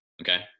Okay